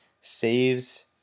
saves